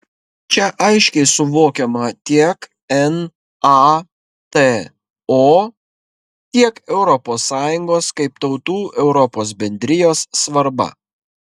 čia aiškiai suvokiama tiek nato tiek europos sąjungos kaip tautų europos bendrijos svarba